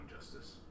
Justice